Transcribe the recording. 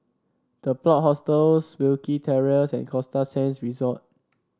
The Plot Hostels Wilkie Terrace and Costa Sands Resort